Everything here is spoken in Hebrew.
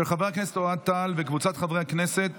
של חבר הכנסת אוהד טל וקבוצת חברי הכנסת